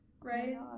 Right